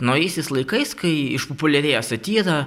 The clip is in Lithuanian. naujaisiais laikais kai išpopuliarėjo satyra